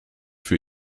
für